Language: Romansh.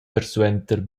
persuenter